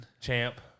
Champ